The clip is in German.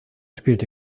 spielte